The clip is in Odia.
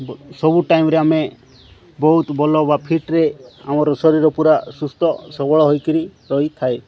ସବୁ ଟାଇମ୍ରେ ଆମେ ବହୁତ ଭଲ ବା ଫିଟ୍ରେ ଆମର ଶରୀର ପୁରା ସୁସ୍ଥ ସବଳ ହୋଇକରି ରହିଥାଏ